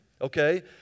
okay